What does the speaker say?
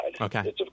Okay